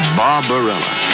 barbarella